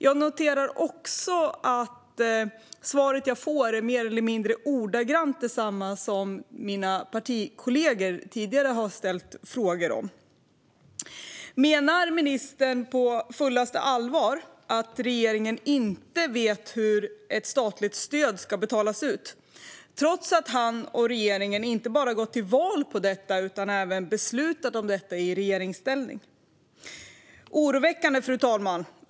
Jag noterar också att det svar jag får är mer eller mindre ordagrant detsamma som när mina partikollegor tidigare har ställt frågor om detta. Menar ministern på fullaste allvar att regeringen inte vet hur ett statligt stöd ska betalas ut, trots att han och regeringen inte bara gått till val på detta utan även beslutat om detta i regeringsställning? Det är oroväckande, fru talman.